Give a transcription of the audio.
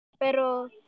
pero